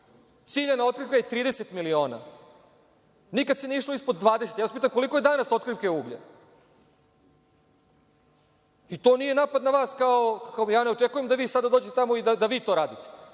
Ciljana otkrivka je 30 miliona. Nikad se nije išlo ispod 20. Ja vas pitam – koliko je danas otkrivke uglja? To nije napad na vas. Ja ne očekujem da vi sad odete tamo i da vi to radite.